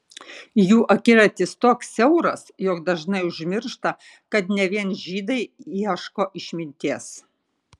jų akiratis toks siauras jog dažnai užmiršta kad ne vien žydai ieško išminties